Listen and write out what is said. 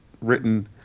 written